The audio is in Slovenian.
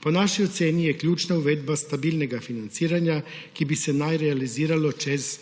Po naši oceni je ključna uvedba stabilnega financiranja, ki bi se naj realiziralo čez